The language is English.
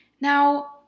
now